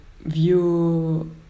view